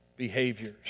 Behaviors